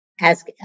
ask